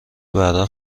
بره